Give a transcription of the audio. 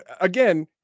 Again